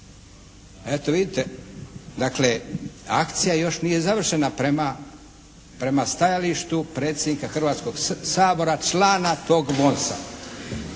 Eto vidite dakle akcija još nije završena prema, prema stajalištu predsjednika Hrvatskog sabora, člana tog